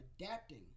adapting